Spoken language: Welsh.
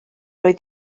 oedd